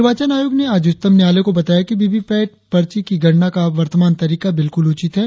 निर्वाचन आयोग ने आज उच्चतम न्यायालय को बताया कि वीवीपेट पर्ची की गणना का वर्तमान तरीका बिल्कुल उचित है